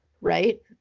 right